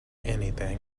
anything